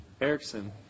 Erickson